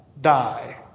die